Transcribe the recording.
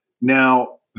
Now